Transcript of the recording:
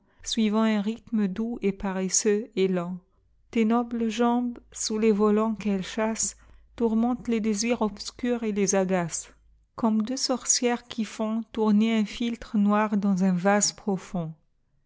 un rhthme doux et paresseux et lent tes nobles jambes sous les volants qu'elles chassent tourmentent les désirs obscurs et les agacent comme deux sorcières qui fonttourner un philtre noir dans un vase profond